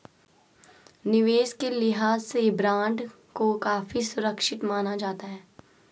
निवेश के लिहाज से बॉन्ड को काफी सुरक्षित माना जाता है